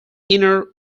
inner